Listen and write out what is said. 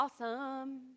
awesome